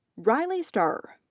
riley stehr,